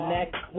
Next